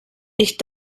ich